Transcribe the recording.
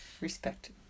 respect